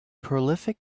prolific